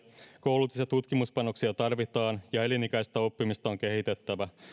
koulutus ja tutkimuspanostuksia tarvitaan ja elinikäistä oppimista on kehitettävä